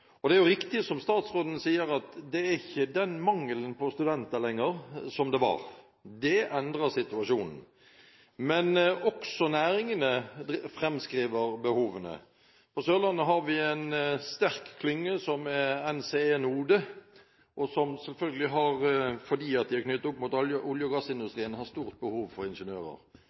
Og det er riktig som statsråden sier, at det ikke lenger er den mangelen på studenter som det var – det endrer situasjonen – men også næringene framskriver behovene. På Sørlandet har vi en sterk klynge som NCE NODE, som, fordi de er knyttet opp mot olje- og gassindustrien, selvfølgelig har stort behov for ingeniører.